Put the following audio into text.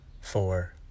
four